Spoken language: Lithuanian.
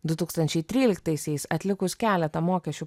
du tūkstančiai tryliktaisiais atlikus keletą mokesčių